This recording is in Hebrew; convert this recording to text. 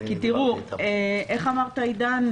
כפי שאמר עידן,